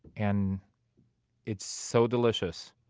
and it's so delicious.